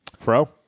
Fro